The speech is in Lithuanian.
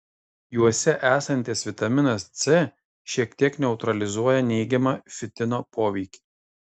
juose esantis vitaminas c šiek tiek neutralizuoja neigiamą fitino poveikį